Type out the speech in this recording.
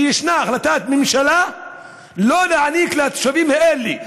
כי ישנה החלטת ממשלה לא להעניק אותם לתושבים האלה.